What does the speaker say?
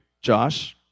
Josh